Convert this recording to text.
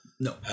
No